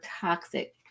toxic